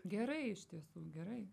gerai iš tiesų gerai